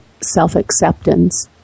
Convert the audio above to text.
self-acceptance